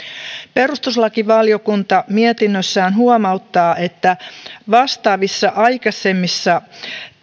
perustuslakivaliokunta mietinnössään huomauttaa että vastaavissa aikaisemmissa